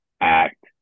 act